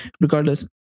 regardless